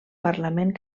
parlament